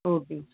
ஓகேங்க சார்